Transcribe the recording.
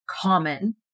common